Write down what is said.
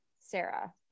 Sarah